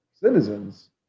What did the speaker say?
citizens